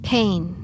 Pain